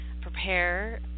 prepare